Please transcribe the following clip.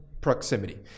proximity